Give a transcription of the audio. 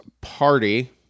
Party